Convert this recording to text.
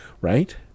Right